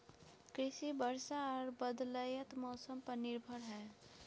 कृषि वर्षा आर बदलयत मौसम पर निर्भर हय